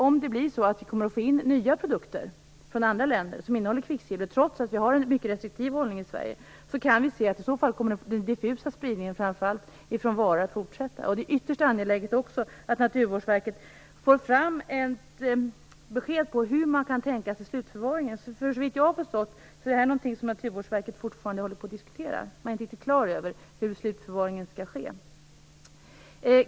Om vi kommer att få in nya produkter från andra länder som innehåller kvicksilver, trots att vi har en mycket restriktiv hållning i Sverige, kommer den diffusa spridningen framför allt från varor att fortsätta. Det är ytterst angeläget att Naturvårdsverket får fram ett besked om hur man kan tänka sig slutförvaringen. Såvitt jag har förstått är detta något som Naturvårdsverket fortfarande håller på att diskutera. Man är inte riktigt klar över hur slutförvaringen skall ske.